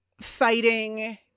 fighting